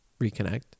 reconnect